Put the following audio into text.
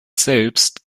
selbst